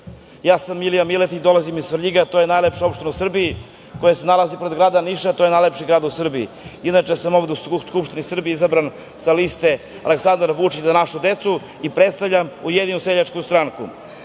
ja sam Milija Miletić, dolazim iz Svrljiga, to je najlepša opština u Srbiji, koja se nalazi pored grada Niša, a to je najlepši grad u Srbiji. Inače, ovde sam u Skupštini Srbije izabran sa liste Aleksandar Vučić-Za našu decu i predstavljam Ujedinjenu seljačku stranku.U